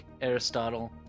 Aristotle